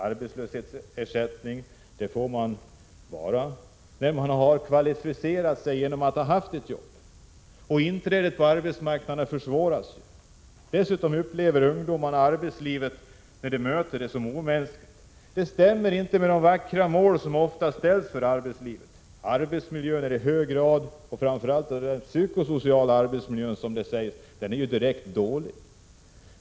Arbetslöshetsersättning får man bara när man har kvalificerat sig genom att ha haft ett jobb, och inträdet på arbetsmarknaden försvåras för dem. Dessutom upplever ungdomarna arbetslivet som omänskligt när de möter det. Det stämmer inte med de vackra mål som ofta ställs upp för arbetslivet. Arbetsmiljön, framför allt den psykosociala arbetsmiljön, är i stor utsträckning direkt dålig.